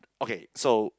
okay so